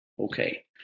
okay